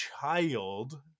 child